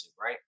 right